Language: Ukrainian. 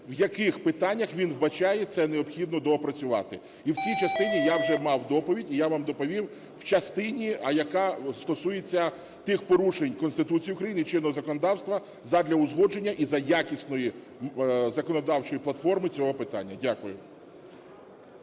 в яких питаннях, він вбачає, це необхідно доопрацювати. І в цій частині я вже мав доповідь і я вам доповів – в частині, яка стосується тих порушень Конституції України і чинного законодавства, задля узгодження і за якісної законодавчої платформи цього питання. Дякую.